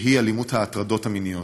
שהיא אלימות ההטרדות המיניות.